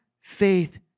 faith